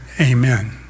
amen